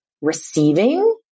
receiving